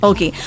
Okay